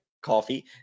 coffee